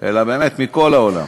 אלא באמת מכל העולם,